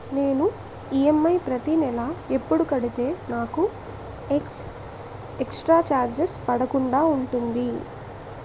నేను ఈ.ఎం.ఐ ప్రతి నెల ఎపుడు కడితే నాకు ఎక్స్ స్త్ర చార్జెస్ పడకుండా ఉంటుంది?